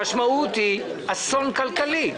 המשמעות היא אסון כלכלי.